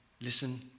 listen